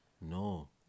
No